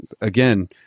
again